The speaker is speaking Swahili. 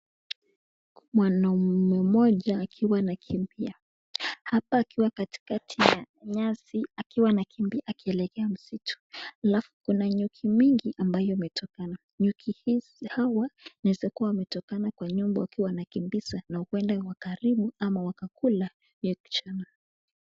Mwanaume mmoja akiwa anakimbia, hapa akiwa katikati ya nyasi akiwa anakimbia akielekea msitu. Alafu kuna nyuki mingi ambayo imetokana, nyuki hawa inaweza kuwa wametokana kwa nyumba wakiwa wanakimbiza na huwenda wakaharibu ama wakakula huyo kijana.